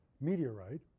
meteorite